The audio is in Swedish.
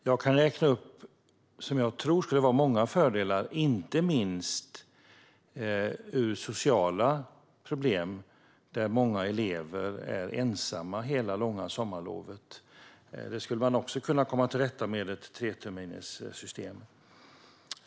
Jag kan räkna upp vad jag tror är många fördelar, inte minst när det gäller sociala problem med många elever som är ensamma hela långa sommarlovet. Det skulle man också kunna komma till rätta med inom ett treterminssystem.